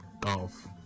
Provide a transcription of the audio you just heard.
golf